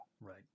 Right